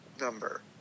number